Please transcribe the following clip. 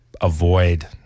avoid